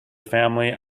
family